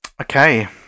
okay